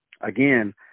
again